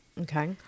Okay